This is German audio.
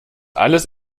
alles